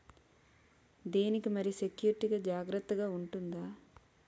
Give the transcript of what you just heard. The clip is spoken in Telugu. దీని కి మరి సెక్యూరిటీ జాగ్రత్తగా ఉంటుందా?